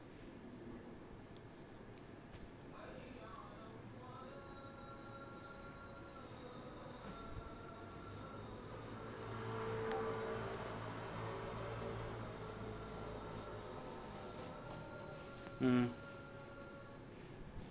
mm